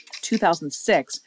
2006